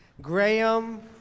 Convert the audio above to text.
Graham